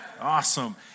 Awesome